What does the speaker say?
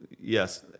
yes